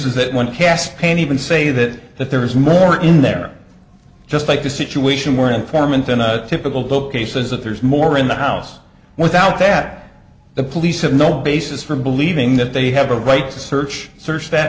that when cast payne even say that that there is more in there just like a situation where an informant in a typical bookcases that there's more in the house without that the police have no basis for believing that they have a right to search search that